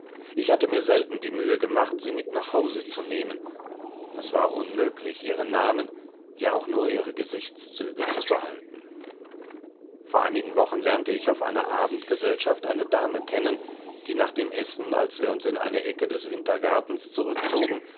ich hatte mir selten die mühe gemacht sie mit nach hause zu nehmen es war unmöglich ihre namen ja auch nur ihre gesichtszüge zu behalten vor einigen wochen lernte ich auf einer abendgesellschaft eine dame kennen die nach dem essen als wir uns in eine ecke des wintergartens zurückgezogen